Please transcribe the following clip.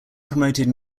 promoted